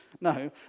No